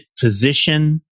position